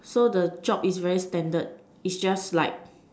so the job is very standard is just like